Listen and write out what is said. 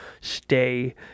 stay